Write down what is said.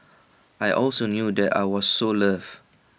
I also knew that I was so loved